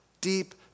deep